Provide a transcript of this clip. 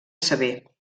sever